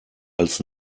als